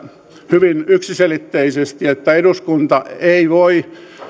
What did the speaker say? hyvin yksiselitteisesti että eduskunta ei voi